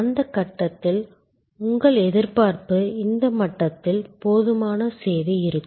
அந்த கட்டத்தில் உங்கள் எதிர்பார்ப்பு இந்த மட்டத்தில் போதுமான சேவை இருக்கும்